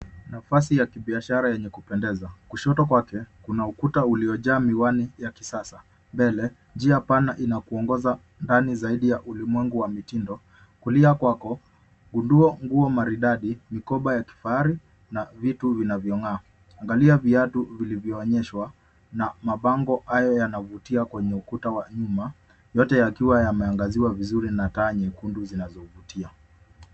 Nafasi ya kibiashara yenye kupendeza. Kushoto kwake kuna ukuta uliojaa miwani ya kisasa. Mbele, njia pana inakuongoza ndani zaidi ya ulimwengu wa mitindo. Kulia kwako, gundua nguo maridadi, mikoba ya kifahari na vitu vinavyong'aa. Angalia viatu vilivyoonyeshwa na mabango hayo yanayovutia kwenye ukuta wa nyuma. Yote yakiwa yameangaziwa vizuri na taa nyekundu zinazo vutia.